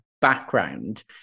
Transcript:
background